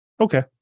Okay